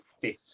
fifth